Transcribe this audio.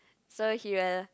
so he will